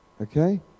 okay